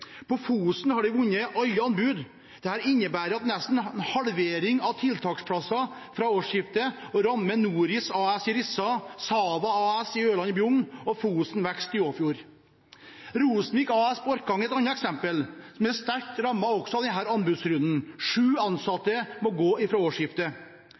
På Fosen har de vunnet alle anbud. Dette innebærer nesten en halvering av tiltaksplasser fra årsskiftet og rammer Noris AS i Rissa, SAVA AS i Ørland og Bjugn og Fosen Vekst i Åfjord. Rosenvik AS på Orkanger er en annen bedrift som er sterkt rammet av denne anbudsrunden. Sju ansatte må gå fra årsskiftet.